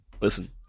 Listen